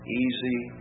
easy